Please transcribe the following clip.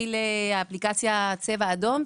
והתחילה אפליקציית צבע אדום,